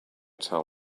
tell